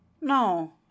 No